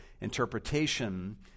interpretation